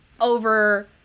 over